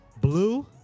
blue